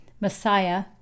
Messiah